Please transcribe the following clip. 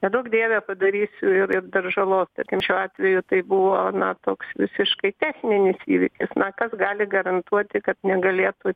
neduok dieve padarysiu ir ir dar žalos tarkim šiuo atveju tai buvo na toks visiškai techninis įvykis na kas gali garantuoti kad negalėtų